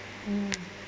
ya